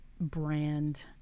brand